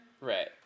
right